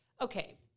Okay